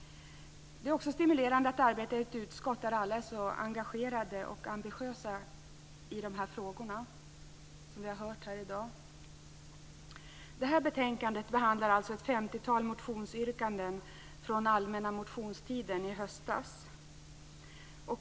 Det är stimulerande att arbeta i ett utskott där alla är så engagerade och ambitiösa när det gäller dessa frågor, som vi har hört här i dag. I detta betänkande behandlas alltså ett femtiotal motionsyrkanden från allmänna motionstiden i höstas.